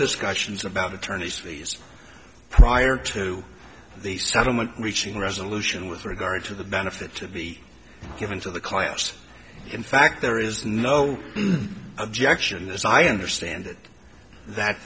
discussions about attorney's fees prior to the startlement reaching resolution with regard to the benefit to be given to the class in fact there is no objection as i understand it that